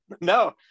No